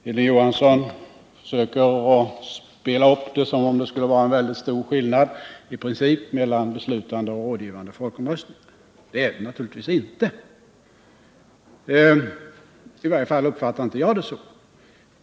Herr talman! Hilding Johansson försöker framställa saken som om det i princip vore stor skillnad mellan beslutande och rådgivande folkomröstning. Det är det naturligtvis inte. I varje fall uppfattar inte jag det så.